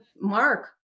mark